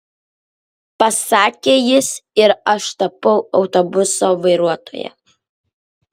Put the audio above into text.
pasakė jis ir aš tapau autobuso vairuotoja